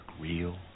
real